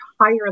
higher